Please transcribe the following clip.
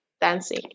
dancing